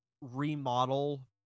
remodel